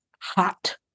hot